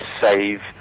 save